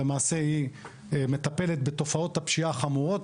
שלמעשה היא מטפלת בתופעות הפשיעה החמורות,